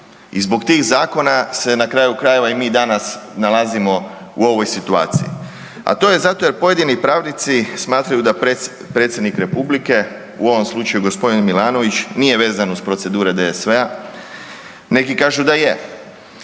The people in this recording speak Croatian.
I zbog tih zakona se na kraju krajeva i mi danas nalazimo u ovoj situaciji. A to je zato jer pojedini pravnici smatraju da Predsjednik Republike, u ovom slučaju g. Milanović, nije vezan uz procedure DSV-a, neki kažu da je.